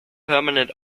permanent